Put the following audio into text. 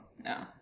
No